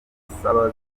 saba